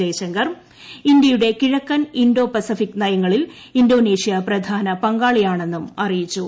ജയ്ശങ്കർ തങ്ങളുടെ കിഴക്കൻ Indo Pacific നയങ്ങളിൽ ഇന്തോനേഷ്യ പ്രധാന പങ്കാളിയാണെന്നും അറിയിച്ചു